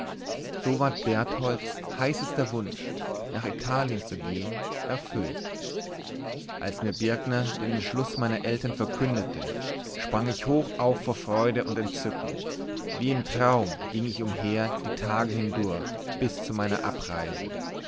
so ward bertholds heißester wunsch nach italien zu gehen erfüllt als mir birkner den entschluß meiner eltern verkündete sprang ich hoch auf vor freude und entzücken wie im traum ging ich umher die tage hindurch bis zu meiner abreise